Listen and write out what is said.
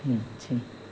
बेनोसै